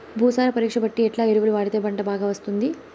భూసార పరీక్ష బట్టి ఎట్లా ఎరువులు వాడితే పంట బాగా వస్తుంది?